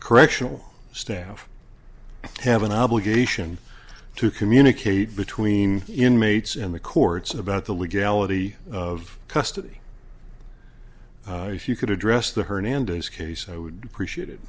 correctional staff have an obligation to communicate between inmates and the courts about the legality of custody if you could address the hernandez case i would appreciate it